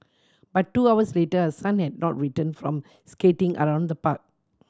but two hours later her son had not return from skating around the park